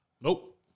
Nope